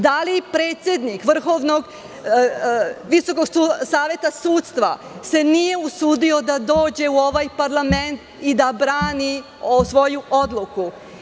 Da li predsednik Visokog saveta sudstva se nije usudio da dođe u ovaj parlament i da brani svoju odluku?